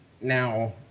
now